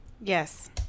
Yes